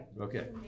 Okay